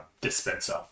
dispenser